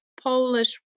Polish